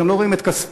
גם לא רואים את כספו.